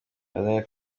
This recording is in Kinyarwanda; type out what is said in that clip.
muvandimwe